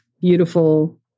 beautiful